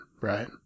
right